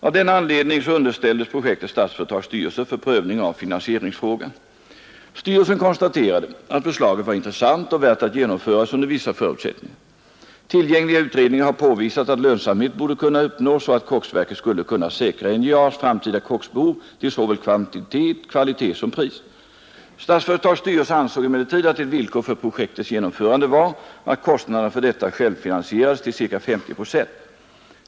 Av denna anledning underställdes projektet Statsföretags styrelse för prövning av finansieringsfrågan. Styrelsen konstaterade att förslaget var intressant och värt att genomföras under vissa förutsättningar. Tillgängliga utredningar har påvisat att lönsamhet borde kunna uppnås och att koksverket skulle kunna säkra NJA:s framtida koksbehov till såväl kvantitet, kvalitet som pris. Statsföretags styrelse ansåg emellertid att ett villkor för projektets genomförande var att kostnaderna för detta självfinansierades till ca 50 procent.